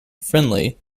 friendly